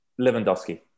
Lewandowski